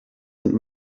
and